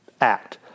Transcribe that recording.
act